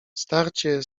starcie